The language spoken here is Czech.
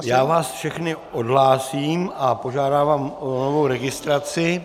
Já vás všechny odhlásím a požádám vás o novou registraci.